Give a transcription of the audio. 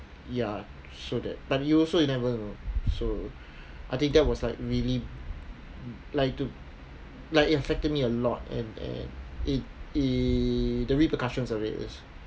ya so that but you also you never know so I think that was like really like to like it affected me a lot and and it the repercussions of it was